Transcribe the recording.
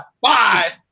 Five